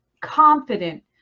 confident